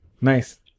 Nice